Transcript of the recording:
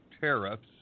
tariffs